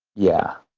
yeah.